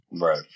Right